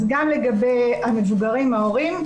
אז גם לגבי המבוגרים ההורים,